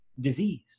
disease